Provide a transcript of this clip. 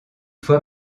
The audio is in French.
fois